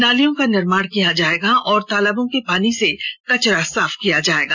नालियों का निर्माण किया जाएगा और तालाबों के पानी से कचरा साफ किया जाएगा